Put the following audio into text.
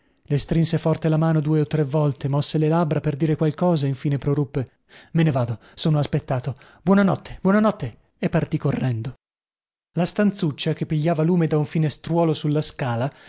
le strinse forte la mano due o tre volte mosse le labbra per dire qualche cosa infine proruppe me ne vado sono aspettato buona notte buona notte e partì correndo la stanzuccia che pigliava lume da un finestruolo sulla scala